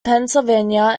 pennsylvania